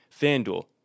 Fanduel